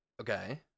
Okay